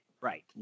Right